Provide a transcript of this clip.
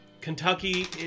Kentucky